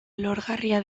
lorgarria